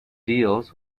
deals